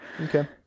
Okay